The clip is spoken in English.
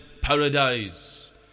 Paradise